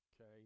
Okay